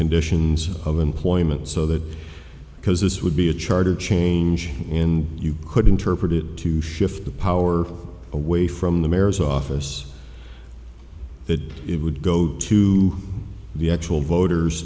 conditions of employment so that because this would be a charter change in you could interpret it to shift the power away from the mayor's office that it would go to the actual voters